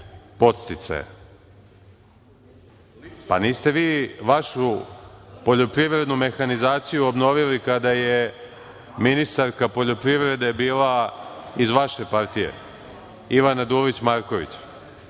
Pa niste vi vašu poljoprivrednu mehanizaciju obnovili kada je ministarka poljoprivrede bila iz vaše partije, Ivana Dulić Marković.